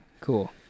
cool